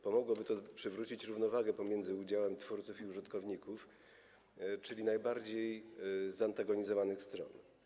Pomogłoby to przywrócić równowagę pomiędzy udziałami twórców i użytkowników, czyli najbardziej zantagonizowanych stron.